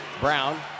Brown